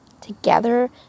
together